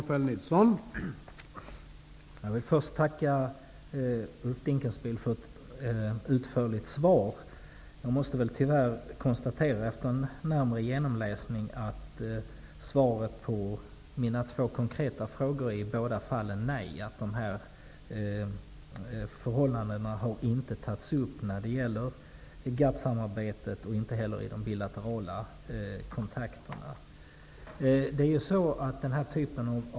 Herr talman! Jag vill först tacka Ulf Dinkelspiel för ett utförligt svar. Jag måste vid en närmare genomläsning tyvärr konstatera att svaret på mina två konkreta frågor i båda fallen är nej. Dessa förhållanden har inte tagits upp i GATT-samarbetet och inte heller i de bilaterala kontakterna.